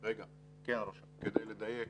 רגע, כדי לדייק,